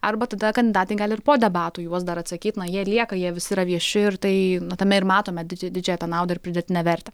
arba tada kandidatai gali ir po debatų juos dar atsakyti na jie lieka jie visi yra vieši ir tai na tame ir matome didžią didžiąją tą naudą ir pridėtinę vertę